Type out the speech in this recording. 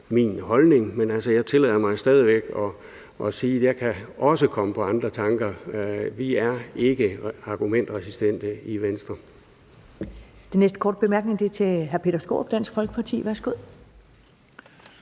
min holdning. Men jeg tillader mig stadig væk at sige, at jeg også kan komme på andre tanker. Vi er ikke argumentresistente i Venstre. Kl. 10:23 Første næstformand (Karen Ellemann): Den næste korte bemærkning er til hr. Peter Skaarup, Dansk Folkeparti. Værsgo.